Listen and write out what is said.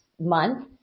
month